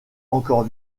encore